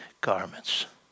garments